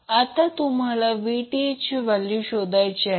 आता तुम्हाला Vth ची व्हॅल्यू शोधायची आहे